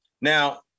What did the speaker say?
Now